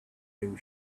new